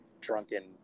drunken